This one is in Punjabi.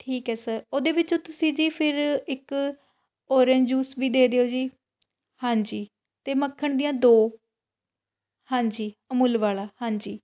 ਠੀਕ ਹੈ ਸਰ ਉਹਦੇ ਵਿੱਚੋਂ ਤੁਸੀਂ ਜੀ ਫਿਰ ਇੱਕ ਔਰਿਜ ਜੂਸ ਵੀ ਦੇ ਦਿਓ ਜੀ ਹਾਂਜੀ ਅਤੇ ਮੱਖਣ ਦੀਆਂ ਦੋ ਹਾਂਜੀ ਅਮੁਲ ਵਾਲਾ ਹਾਂਜੀ